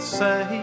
say